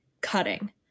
cutting